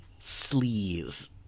sleaze